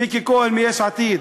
מיקי כהן מיש עתיד,